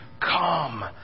Come